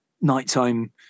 nighttime